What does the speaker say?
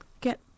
Get